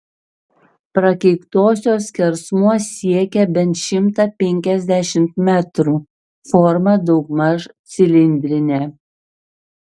prakeiktosios skersmuo siekia bent šimtą penkiasdešimt metrų forma daugmaž cilindrinė